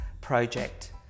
project